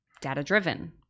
Data-driven